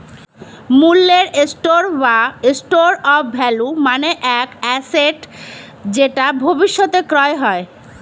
মূল্যের স্টোর বা store of value মানে এক অ্যাসেট যেটা ভবিষ্যতে ক্রয় হয়